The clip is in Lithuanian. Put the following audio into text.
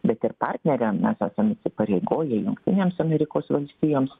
bet ir partneriam mes esam įsipareigoję jungtinėms amerikos valstijoms